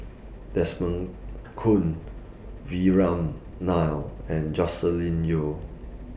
Desmond Kon Vikram Nair and Joscelin Yeo